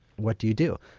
what do you do?